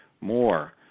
more